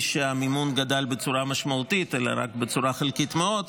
שהמימון גדל בצורה משמעותית אלא רק בצורה חלקית מאוד,